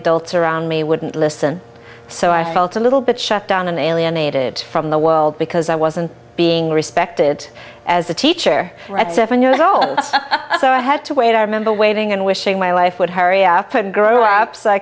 adults around me wouldn't listen so i felt a little bit shut down and alienated from the world because i wasn't being respected as a teacher at seven years old so i had to wait i remember waiting and wishing my life would hurry up and grow up so i